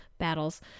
battles